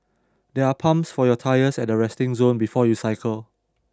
there are pumps for your tyres at the resting zone before you cycle